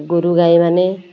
ଗୋରୁ ଗାଈ ମାନେ